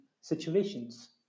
situations